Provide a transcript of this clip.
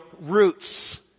roots